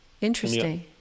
Interesting